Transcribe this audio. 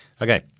Okay